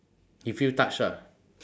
he feel touched lah